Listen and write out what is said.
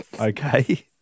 Okay